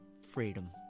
freedom